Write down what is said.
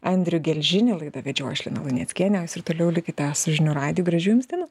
andrių gelžinį laidą vedžiau aš lina luneckienė ir toliau likite su žinių radiju gražių jums dienų